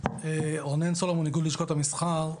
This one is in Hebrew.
רונן סולומון, איגוד לשכות המסחר.